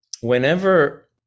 whenever